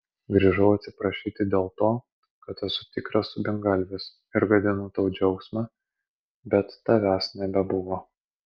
grįžau atsiprašyti dėl to kad esu tikras subingalvis ir gadinu tau džiaugsmą bet tavęs nebebuvo